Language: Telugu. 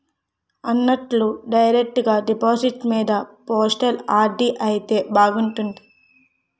అన్నట్టు డైరెక్టు డిపాజిట్టు మీద పోస్టల్ ఆర్.డి అయితే బాగున్నట్టుంది